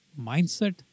mindset